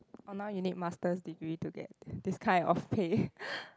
or now you need master degree to get this kind of pay